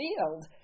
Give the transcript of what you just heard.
field